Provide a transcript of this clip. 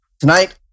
tonight